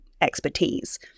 expertise